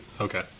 Okay